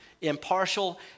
impartial